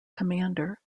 air